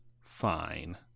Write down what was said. fine